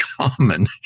common